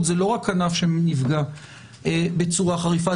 זה לא רק ענף שנפגע בצורה חריפה,